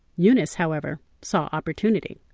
eunice, however, saw opportunity.